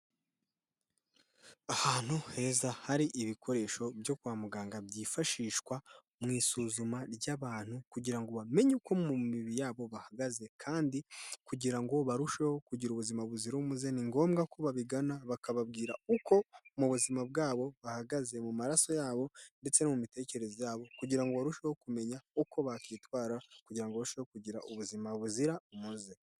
Ahantu heza hari ibikoresho byo kwa muganga byifashishwa mu isuzuma ry'abantu kugira ngo bamenye uko mu mibiri yabo bahagaze kandi kugira ngo barusheho kugira ubuzima buzira umuze, ni ngombwa ko babigana bakababwira uko mu buzima bwabo bahagaze mu maraso yabo ndetse no mu mitekerereze yabo, kugira ngo barusheho kumenya uko bakwitwara kugira ngo barusheho kugira ubuzima buzira umuze.